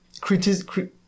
criticism